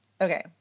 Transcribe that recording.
Okay